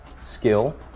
skill